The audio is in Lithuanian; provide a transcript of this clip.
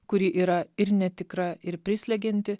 kuri yra ir netikra ir prislegianti